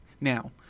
Now